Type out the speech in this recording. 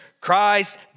Christ